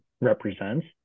represents